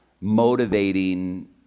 motivating